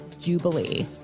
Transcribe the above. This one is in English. Jubilee